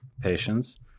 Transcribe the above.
patients